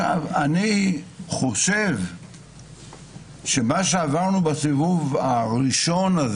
אני חושב שמה שעברנו בסיבוב הראשון,